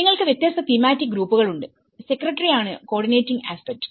നിങ്ങൾക്ക് വ്യത്യസ്ത തീമാറ്റിക് ഗ്രൂപ്പുകളുണ്ട് സെക്രട്ടറിയാണ് കോഓർഡിനേറ്റിംഗ് ആസ്പെക്ട്